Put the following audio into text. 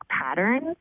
patterns